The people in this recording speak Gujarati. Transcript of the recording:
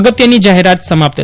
અગત્યની જાહેરાત સમાપ્ત થઇ